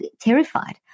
terrified